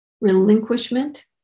relinquishment